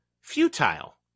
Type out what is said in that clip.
futile